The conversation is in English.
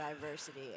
diversity